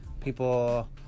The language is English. People